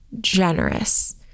generous